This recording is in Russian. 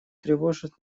тревожат